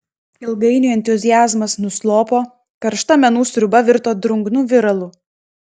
ilgainiui entuziazmas nuslopo karšta menų sriuba virto drungnu viralu